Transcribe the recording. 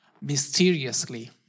mysteriously